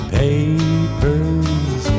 papers